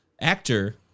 actor